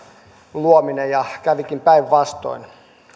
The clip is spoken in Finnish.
luominen ja kävikin päinvastoin